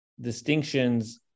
distinctions